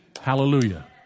Hallelujah